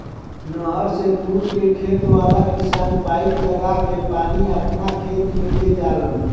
नहर से दूर के खेत वाला किसान पाइप लागा के पानी आपना खेत में ले जालन